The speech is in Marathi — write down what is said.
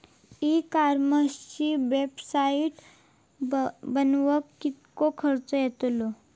ई कॉमर्सची वेबसाईट बनवक किततो खर्च येतलो?